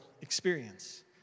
experience